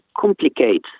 complicate